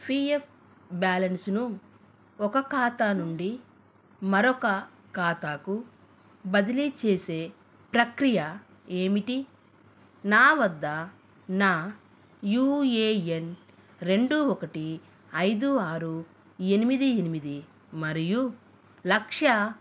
P F బ్యాలెన్స్ను ఒక ఖాతా నుండి మరొక ఖాతాకు బదిలీ చేసే ప్రక్రియ ఏమిటి నా వద్ద నా యూ ఏ ఎన్ రెండు ఒకటి ఐదు ఆరు ఎనిమిది ఎనిమిది మరియు లక్ష